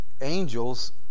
angels